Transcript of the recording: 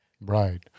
Right